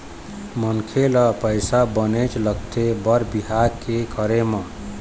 मनखे ल पइसा बनेच लगथे बर बिहाव के करे म